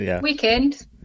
Weekend